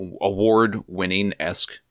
award-winning-esque